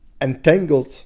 entangled